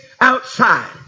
outside